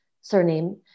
surname